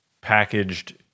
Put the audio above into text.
packaged